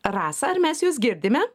rasa ar mes jus girdime